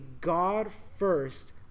God-first